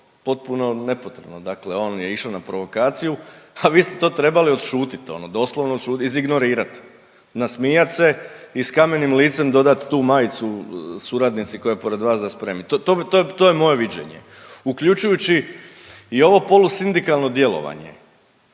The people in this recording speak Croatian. potpuno nepotrebno. Dakle, on je išao na provokaciju, a vi ste to trebali odšutit ono doslovno odšutit, izignorirat, nasmijat se i s kamenim licem dodat tu majicu suradnici koja je pored vas da spremi. To bi, to je moje viđenje uključujući i ovo polusindikalno djelovanje.